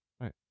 Right